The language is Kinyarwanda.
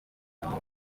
nanone